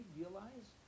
realize